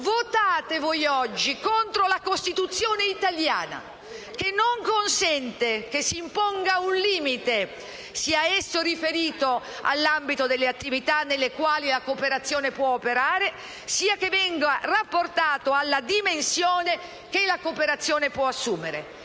votate contro la Costituzione italiana, che non consente che si imponga un limite, sia esso riferito all'ambito delle attività nelle quali la cooperazione può operare, sia che venga rapportato alla dimensione che la cooperazione può assumere.